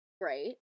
great